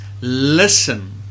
listen